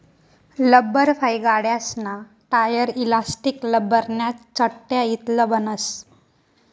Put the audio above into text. लब्बरफाइ गाड्यासना tyre, elastic, लब्बरन्या चटया इतलं बनस